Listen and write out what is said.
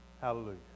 Hallelujah